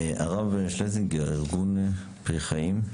הרב שלזינגר, ארגון פרי חיים.